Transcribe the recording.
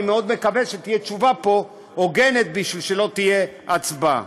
אני מאוד מקווה שתהיה פה תשובה הוגנת בשביל שלא תהיה הצבעה.